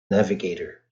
navigator